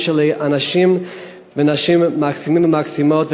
שלי אנשים ונשים מקסימים ומקסימות,